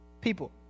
people